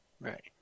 Right